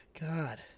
God